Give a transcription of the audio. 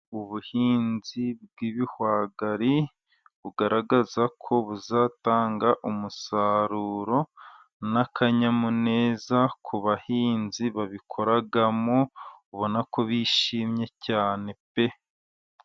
Ubuhinzi bw'ibihwagari bugaragaza ko buzatanga umusaruro n'akanyamuneza ku bahinzi babikoragamo, ubona ko bishimye cyane pe !